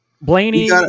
blaney